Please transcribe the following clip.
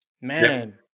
man